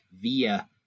via